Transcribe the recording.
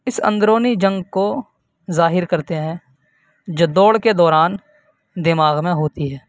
اس اندرونی جنگ کو ظاہر کرتے ہیں جو دوڑ کے دوران دماغ میں ہوتی ہے